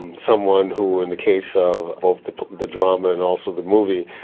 someone who in the case of both the the drama and also the movie,